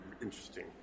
interesting